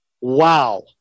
wow